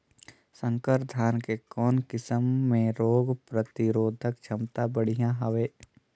संकर धान के कौन किसम मे रोग प्रतिरोधक क्षमता बढ़िया हवे?